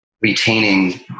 retaining